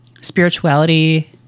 spirituality